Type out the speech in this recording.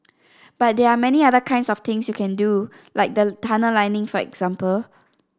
but there are many other kinds of things you can do like the tunnel lining for example